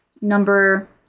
number